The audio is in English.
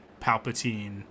Palpatine